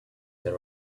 the